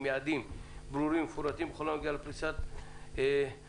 יעדים ברורים ומפורטים בכל הנוגע לפריסת התשתיות,